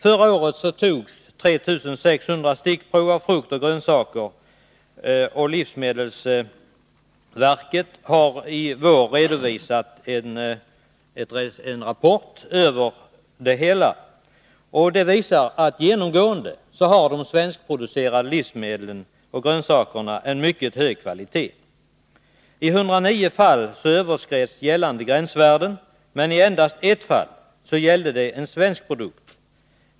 Förra året togs 30 600 stickprov på frukt och grönsaker. Livsmedelsverket har i vår redovisat resultaten i en rapport. Den visar att de svenskproducerade grönsakerna genomgående håller en mycket hög kvalitet. 1109 fall överskreds gällande gränsvärden, men endast i ett fall gällde det en svensk produkt.